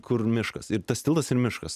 kur miškas ir tas tiltas ir miškas